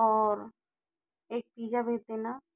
और एक पीज्जा भेज देना